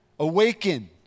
Awaken